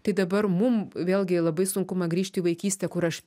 tai dabar mum vėlgi labai sunku man grįžti į vaikystę kur aš